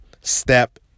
step